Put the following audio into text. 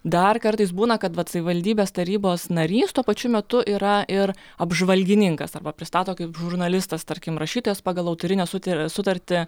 dar kartais būna kad vat savivaldybės tarybos narys tuo pačiu metu yra ir apžvalgininkas arba pristato kaip žurnalistas tarkim rašytojas pagal autorinę sutar sutartį